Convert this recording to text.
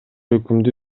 өкүмдү